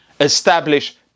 establish